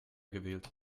gewählt